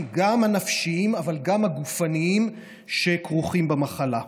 הנפשיים אבל גם הגופניים שכרוכים במחלה.